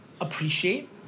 appreciate